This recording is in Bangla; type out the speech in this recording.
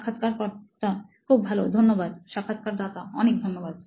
সাক্ষাৎকারকর্তা খুব ভালো ধন্যবাদ সাক্ষাৎকারদাতা অনেক ধন্যবাদ